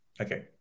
Okay